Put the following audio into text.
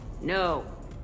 No